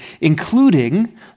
including